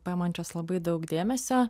paimančios labai daug dėmesio